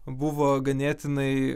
buvo ganėtinai